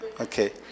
okay